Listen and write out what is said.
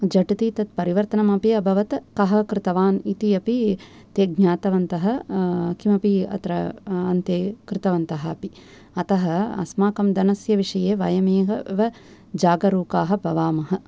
झटिति तत् परिवर्तनम् अपि अभवत् कः कृतवान् इति अपि ते ज्ञातवन्तः किमपि अत्र अन्ते कृतवन्तः अपि अतः अस्माकं धनस्य विषये वयमेव जागरूकाः भवामः